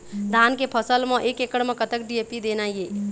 धान के फसल म एक एकड़ म कतक डी.ए.पी देना ये?